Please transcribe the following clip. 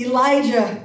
Elijah